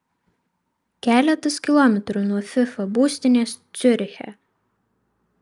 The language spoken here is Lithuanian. keletas kilometrų nuo fifa būstinės ciuriche